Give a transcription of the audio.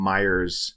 Myers